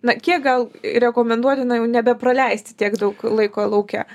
na kiek gal rekomenduotina jau nebepraleisti tiek daug laiko lauke